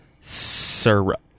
syrup